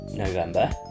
November